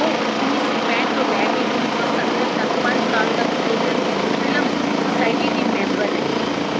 ਉਹ ਉੱਨੀ ਸੌ ਪੈਂਹਠ ਤੋਂ ਲੈ ਕੇ ਉੱਨੀ ਸੌ ਸੱਤਰ ਤੱਕ ਪੰਜ ਸਾਲ ਤੱਕ ਚਿਲਡਰਨ ਫਿਲਮ ਸੁਸਾਇਟੀ ਦੀ ਮੈਂਬਰ ਰਹੀ